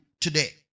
today